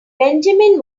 benjamin